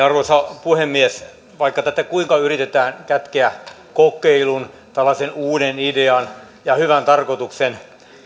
arvoisa puhemies vaikka tätä kuinka yritetään kätkeä kokeilun tällaisen uuden idean ja hyvän tarkoituksen